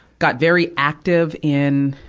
got very active in,